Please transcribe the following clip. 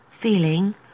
feeling